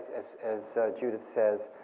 as as judith says,